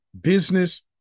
business